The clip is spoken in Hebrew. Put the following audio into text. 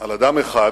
על אדם אחד